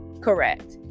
Correct